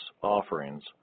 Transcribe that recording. offerings